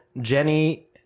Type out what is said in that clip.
jenny